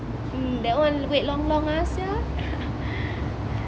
mm that one wait long long ah sia